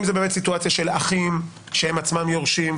אבל אם מדובר בסיטואציה של אחים שהם עצמם יורשים,